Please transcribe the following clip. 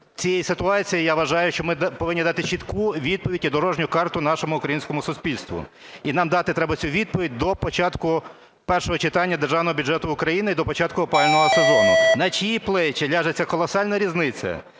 цієї ситуації я вважаю, що ми повинні дати чітку відповідь і дорожню карту нашому українському суспільству. І нам дати треба цю відповідь до початку першого читання Державного бюджету України і до початку опалювального сезону. На чиї плечі ляже ця колосальна різниця